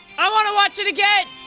i wanna watch it again!